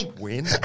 win